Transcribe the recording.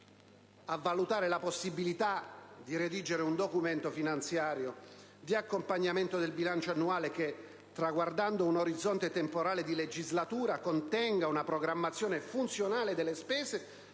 a valutare la possibilità di redigere un documento finanziario di accompagnamento del bilancio annuale che, traguardando un orizzonte temporale di legislatura, contenga una programmazione funzionale delle spese